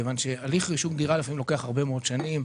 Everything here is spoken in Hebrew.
בגלל שהליך רישום דירה לוקח לפעמים הרבה מאוד שנים.